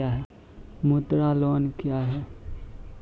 मुद्रा लोन क्या हैं?